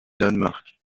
danemark